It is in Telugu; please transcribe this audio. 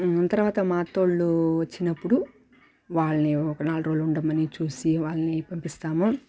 తర్వాత మా అత్త వాళ్ళు వచ్చినప్పుడు వాళ్ళని ఒక నాలుగు రోజులు ఉండమని చూసి వాళ్ళని పంపిస్తాము